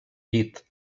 llit